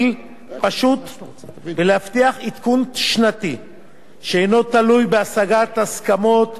ולהבטיח עדכון שנתי שאינו תלוי בהשגת הסכמות על תוספות לגמלה,